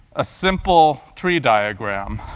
a simple tree diagram.